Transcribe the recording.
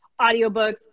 audiobooks